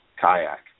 kayak